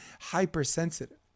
hypersensitive